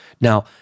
Now